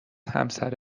همسر